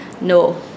no